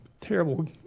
terrible